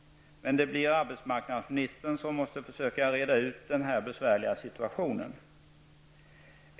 Men det blir arbetsmarknadsministern som måste försöka reda ut den här besvärliga situationen.